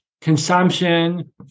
consumption